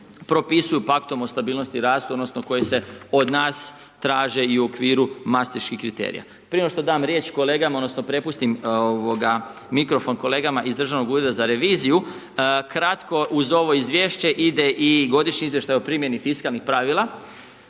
propisuju paktom o stabilnosti i rastu odnosno koji se od nas traže i u okviru mastriških kriterija. Prije nego što dam riječ kolegama, odnosno prepustim mikrofon kolegama iz Državnog ureda za reviziju kratko uz ovo izvješće ide i godišnji izvještaj o primjeni fiskalnih pravila.